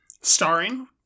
Starring